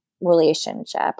relationship